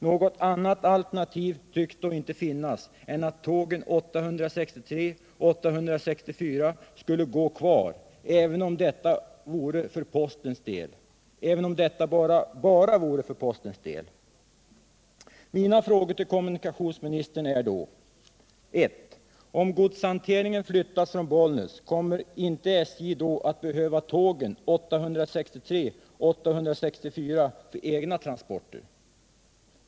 Något annat alternativ tycks då inte finnas än att tåg 863-864 skulle gå kvar, även om detta bara vore för postens del. Mina frågor till kommunikationsministern är då: 1. Om godshanteringen flyttas från Bollnäs, kommer inte SJ i så fall att behöva tåg 863-864 för egna transporter?